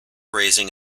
raising